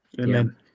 Amen